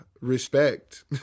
respect